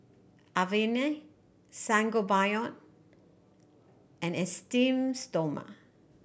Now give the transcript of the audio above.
Avene Sangobion and Esteem Stoma